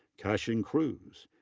cassian kruse.